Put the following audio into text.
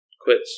quits